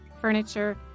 furniture